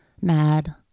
mad